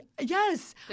yes